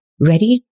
ready